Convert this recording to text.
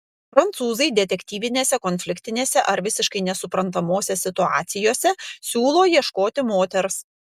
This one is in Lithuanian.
prancūzai detektyvinėse konfliktinėse ar visiškai nesuprantamose situacijose siūlo ieškoti moters